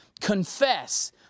confess